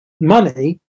money